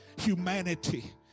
humanity